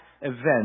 event